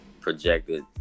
projected